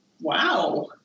wow